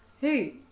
Hey